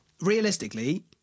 Realistically